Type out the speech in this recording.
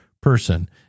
person